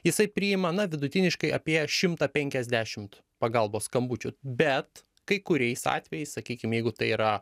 jisai priima na vidutiniškai apie šimtą penkiasdešimt pagalbos skambučių bet kai kuriais atvejais sakykim jeigu tai yra